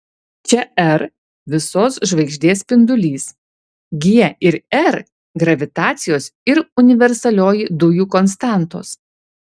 čia r visos žvaigždės spindulys g ir r gravitacijos ir universalioji dujų konstantos